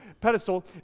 pedestal